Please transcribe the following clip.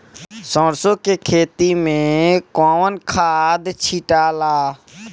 सरसो के खेती मे कौन खाद छिटाला?